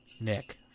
Nick